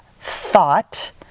thought